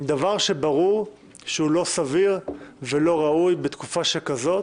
דבר שברור שהוא לא סביר ולא ראוי בתקופה שכזאת,